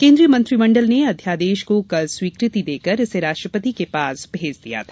केन्द्रीय मंत्रिमंडल ने अध्यादेश को कल स्वीकृति देकर इसे राष्ट्रपति के पास भेज दिया था